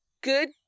Good